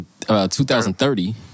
2030